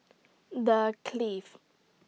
The Clift